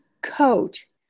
coach